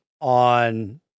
on